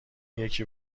یکی